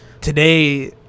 Today